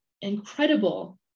incredible